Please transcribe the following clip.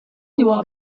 diwar